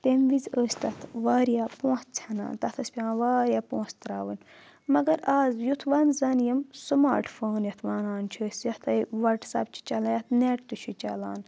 تمہِ وِزِ ٲسۍ تَتھ واریاہ پونٛسہٕ ژھیٚنان تَتھ ٲسۍ پیٚوان واریاہ پونٛسہٕ ترٛاوٕنۍ مگر آز یُتھ وَن زَن یِم سٕماٹ فون یَتھ وَنان چھِ أسۍ یَتھ وَٹسایپ چھِ چَلان یَتھ نِیٚٹ تہِ چھِ چَلان